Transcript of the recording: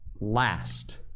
last